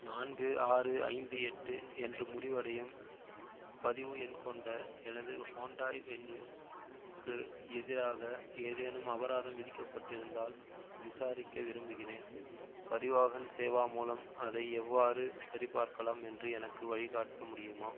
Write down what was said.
நான்கு ஆறு ஐந்து எட்டு என்று முடிவடையும் பதிவு எண் கொண்ட எனது ஹூண்டாய் வென்யூ க்கு எதிராக ஏதேனும் அபராதம் விதிக்கப்பட்டு இருந்தால் விசாரிக்க விரும்புகிறேன் பரிவாஹன் சேவா மூலம் அதை எவ்வாறு சரிபார்க்கலாம் என்று எனக்கு வழிகாட்ட முடியுமா